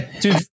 Dude